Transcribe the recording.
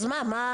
אז מה.